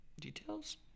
Details